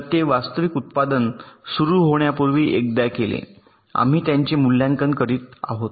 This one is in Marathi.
तर ते आहे वास्तविक उत्पादन सुरू होण्यापूर्वी एकदा केले आणि आम्ही त्याचे मूल्यांकन करीत आहोत